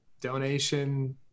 donation